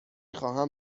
خواهم